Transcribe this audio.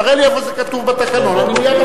תראה לי איפה זה כתוב בתקנון, אני מייד אפסיק.